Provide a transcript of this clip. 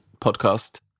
podcast